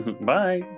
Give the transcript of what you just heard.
Bye